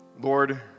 Lord